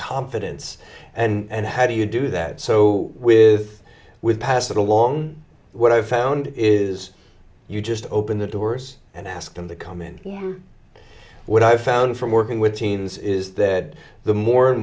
confidence and how do you do that so with with pass that along what i found is you just open the doors and ask them to come in what i found from working with teens is that the more and